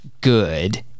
good